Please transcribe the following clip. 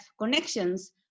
connections